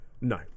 no